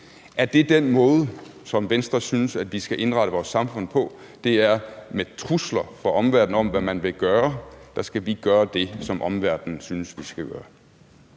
Er det den måde, som Venstre synes at vi skal indrette vores samfund på, altså at vi på grund af trusler fra omverdenen om, hvad man vil gøre, skal gøre det, som omverdenen synes vi skal gøre?